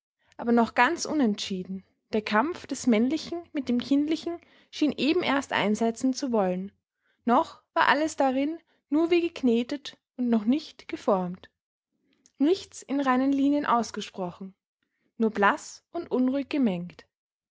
aber noch ganz unentschieden der kampf des männlichen mit dem kindlichen schien eben erst einsetzen zu wollen noch war alles darin nur wie geknetet und noch nicht geformt nichts in reinen linien ausgesprochen nur blaß und unruhig gemengt